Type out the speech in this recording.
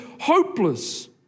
hopeless